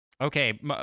Okay